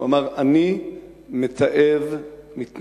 הוא אמר: "אני מתעב מתנחלים".